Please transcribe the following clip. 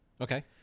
Okay